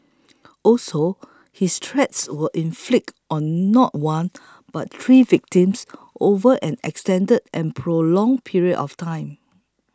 also his threats were inflicted on not one but three victims over an extended and prolonged period of time